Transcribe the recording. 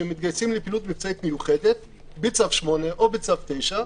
שמתגייסים לפעילות מבצעית מיוחדת בצו 8 או בצו 9,